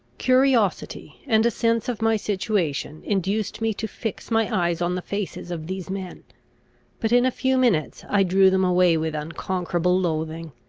curiosity, and a sense of my situation, induced me to fix my eyes on the faces of these men but in a few minutes i drew them away with unconquerable loathing.